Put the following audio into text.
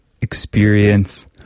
experience